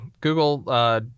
Google